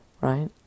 right